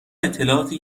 اطلاعاتی